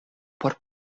por